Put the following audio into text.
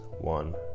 One